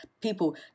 people